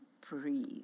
breathe